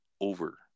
over